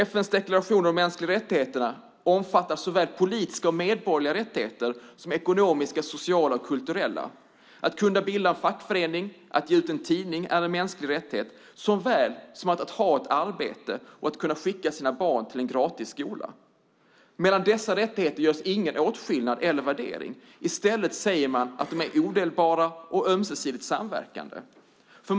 FN:s deklaration om de mänskliga rättigheterna omfattar såväl politiska och medborgerliga rättigheter som ekonomiska, social och kulturella rättigheter. Att kunna bilda en fackförening och att ge ut en tidning är en mänsklig rättighet såväl som att ha ett arbete och att kunna skicka sina barn till en gratis skola. Mellan dessa rättigheter görs ingen åtskillnad eller värdering, i stället säger man att de är odelbara och ömsesidigt samverkande.